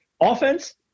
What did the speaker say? offense